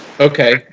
Okay